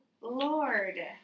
Lord